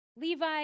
Levi